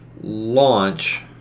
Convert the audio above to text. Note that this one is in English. launch